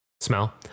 smell